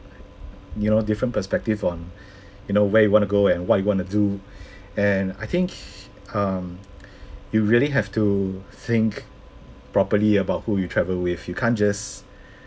you know different perspective on you know where you wanna go and what you wanna do and I think um you really have to think properly about who you travel with you can't just